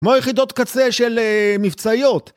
כמו יחידות קצה של מבצעיות